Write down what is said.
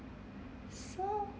s~ so